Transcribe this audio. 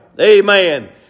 Amen